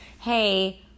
Hey